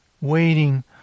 waiting